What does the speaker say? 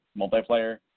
multiplayer